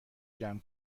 جمع